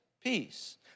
peace